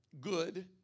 good